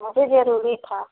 मुझे जरूरी था